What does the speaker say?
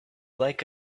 like